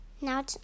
Now